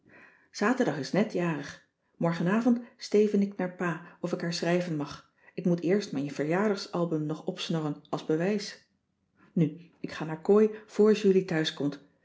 zaterdag is net jarig morgenavond steven ik naar pa of ik haar schrijven mag ik moet eerst mijn verjaardagalbum nog opsnorren als bewijs nu ik ga naar kooi voor julie